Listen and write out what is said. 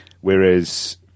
whereas